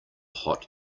hot